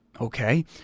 Okay